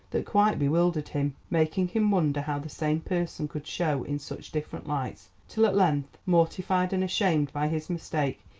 that quite bewildered him, making him wonder how the same person could show in such different lights, till at length, mortified and ashamed by his mistake,